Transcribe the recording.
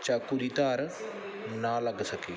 ਚਾਕੂ ਦੀ ਧਾਰ ਨਾ ਲੱਗ ਸਕੇ